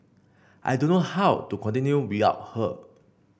I don't know how to continue without her